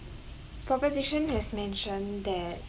proposition has mentioned that